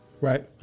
Right